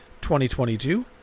2022